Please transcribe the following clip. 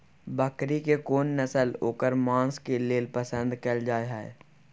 बकरी के कोन नस्ल ओकर मांस के लेल पसंद कैल जाय हय?